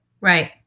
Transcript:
Right